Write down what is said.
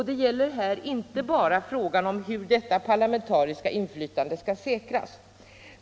Det gäller här inte bara hur detta parlamentariska inflytande skall säkras.